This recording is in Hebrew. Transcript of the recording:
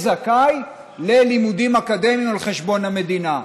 זכאי ללימודים אקדמיים על חשבון המדינה.